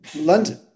London